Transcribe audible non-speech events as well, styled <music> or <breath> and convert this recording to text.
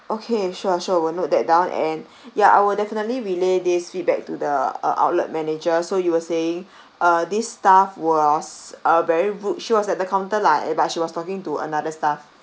okay sure sure will note that down and <breath> ya I will definitely relay this feedback to the uh outlet manager so you were saying <breath> uh this staff was uh very rude she was at the counter lah eh but she was talking to another stuff